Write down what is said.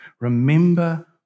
Remember